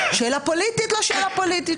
זו שאלה פוליטית לא שאלה פוליטית?